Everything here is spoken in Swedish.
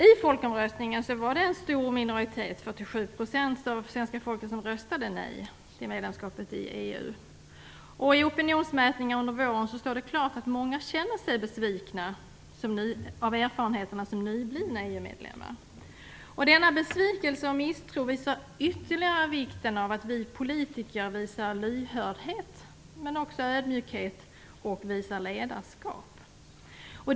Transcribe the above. I folkomröstningen var det en stor minoritet av svenska folket, 47 %, som röstade nej till medlemskap i EU. Enligt opinionsmätningar under våren står det klart att många känner sig besvikna utifrån erfarenheterna som nyblivna EU-medlemmar. Denna besvikelse och misstro visar ytterligare på vikten av att vi politiker visar lyhördhet, ödmjukhet och ledarskap.